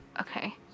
Okay